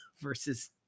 versus